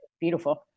beautiful